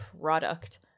product